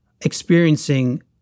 experiencing